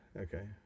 okay